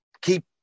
keep